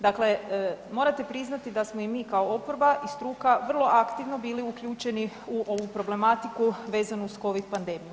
Dakle, morate priznati da smo i mi kao oporba i struka vrlo aktivno bili uključeni u ovu problematiku vezanu uz COVID pandemiju.